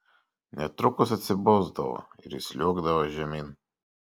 netrukus atsibosdavo ir jis sliuogdavo žemyn